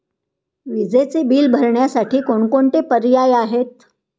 विजेचे बिल भरण्यासाठी कोणकोणते पर्याय आहेत?